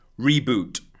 Reboot